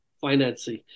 financing